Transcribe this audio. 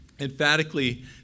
emphatically